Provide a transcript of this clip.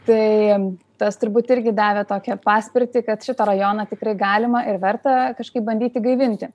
tai tas turbūt irgi davė tokią paspirtį kad šitą rajoną tikrai galima ir verta kažkaip bandyti gaivinti